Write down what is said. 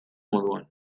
moduan